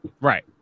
Right